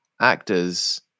actors